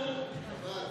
חבל, חבל.